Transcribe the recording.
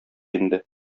инде